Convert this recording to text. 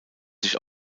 sich